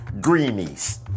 greenies